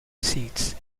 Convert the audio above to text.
seats